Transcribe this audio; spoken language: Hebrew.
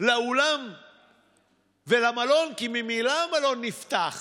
לאולם ולמלון, כי ממילא המלון נפתח